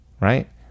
Right